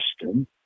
system